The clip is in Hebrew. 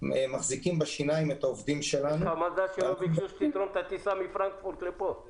הוצאת עובדים שישנה ירידה בפעילות